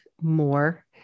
more